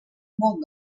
molt